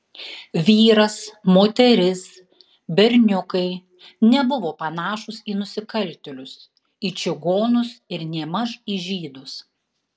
vyras moteris berniukai nebuvo panašūs į nusikaltėlius į čigonus ir nėmaž į žydus